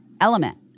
Element